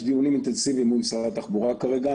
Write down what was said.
יש דיונים אינטנסיביים מול משרד התחבורה כרגע.